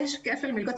יש כפל מלגות.